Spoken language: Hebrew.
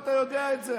אתה יודע את זה,